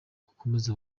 akomeze